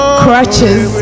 crutches